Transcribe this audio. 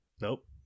Nope